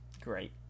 Great